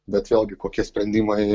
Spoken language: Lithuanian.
bet vėlgi kokie sprendimai